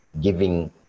giving